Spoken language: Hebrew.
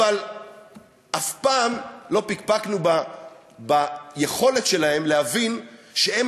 אבל אף פעם לא פקפקנו ביכולת שלהם להבין שהם